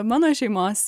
mano šeimos